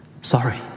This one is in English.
Sorry